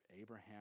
Abraham